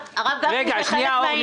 הרב גפני, זה חלק מהעניין.